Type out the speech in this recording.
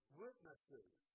witnesses